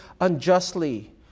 unjustly